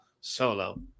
Solo